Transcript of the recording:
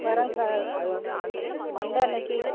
வரேன் sir Monday அன்னைக்கு